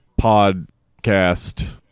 podcast